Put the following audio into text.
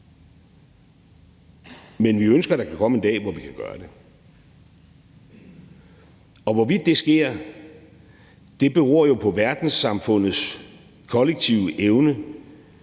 men vi ønsker, at der kan komme en dag, hvor vi kan gøre det. Og hvorvidt det sker, beror jo på verdenssamfundets kollektive evne